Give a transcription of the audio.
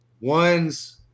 Ones